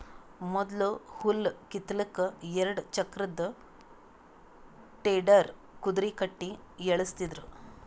ಮೊದ್ಲ ಹುಲ್ಲ್ ಕಿತ್ತಲಕ್ಕ್ ಎರಡ ಚಕ್ರದ್ ಟೆಡ್ಡರ್ ಕುದರಿ ಕಟ್ಟಿ ಎಳಸ್ತಿದ್ರು